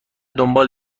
دنبال